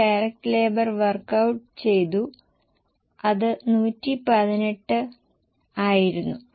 fixed കോസ്റ്റിനെ സംബന്ധിച്ചിടത്തോളം അത് വോളിയത്തെ ബാധിക്കില്ല ചെലവിൽ 12 ശതമാനം വർദ്ധനവ് നിങ്ങൾക്ക് ലഭിക്കുന്നുണ്ടോ